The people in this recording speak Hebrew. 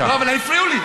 אבל הפריעו לי.